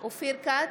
אופיר כץ,